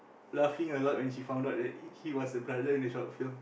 laughing aloud when she found out that he was a brother in the short film